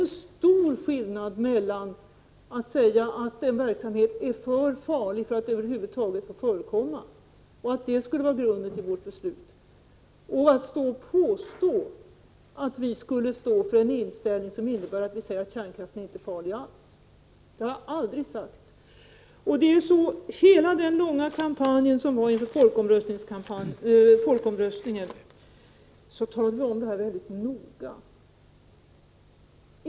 Det är stor skillnad mellan att säga att en verksamhet är för farlig för att över huvud taget få förekomma och att det skulle vara grunden för vårt beslut och att påstå att vi skulle stå för en inställning som innebär att kärnkraften inte är farlig alls. Det har jag aldrig sagt. Under hela den långa kampanj som förekom inför folkomröstningen talade vi om detta mycket noggrant.